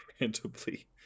randomly